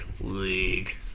League